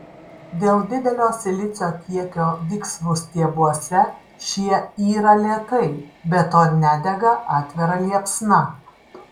dėl didelio silicio kiekio viksvų stiebuose šie yra lėtai be to nedega atvira liepsna